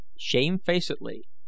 Shamefacedly